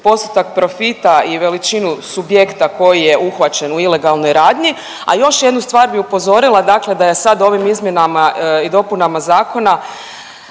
postotak profita i veličinu subjekta koji je uhvaćen u ilegalnoj radnji. A još jednu stvar bi upozorila, dakle da je sad ovim izmjenama i dopunama zakona